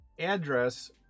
address